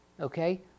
okay